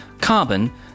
carbon